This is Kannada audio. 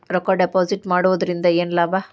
ರೊಕ್ಕ ಡಿಪಾಸಿಟ್ ಮಾಡುವುದರಿಂದ ಏನ್ ಲಾಭ?